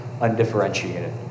undifferentiated